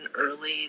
early